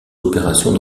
opérations